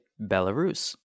Belarus